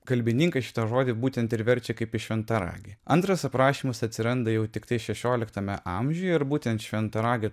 kalbininkai šitą žodį būtent ir verčia kaip į šventaragį antras aprašymas atsiranda jau tiktai šešioliktame amžiuje ir būtent šventaragio